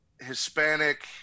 Hispanic